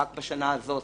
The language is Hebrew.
נהיה עם מגבלת זמן,